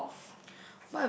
in all of